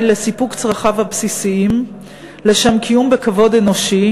לסיפוק צרכיו הבסיסיים לשם קיום בכבוד אנושי,